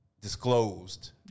disclosed